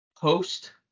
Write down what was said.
post